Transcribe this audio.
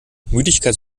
müdigkeit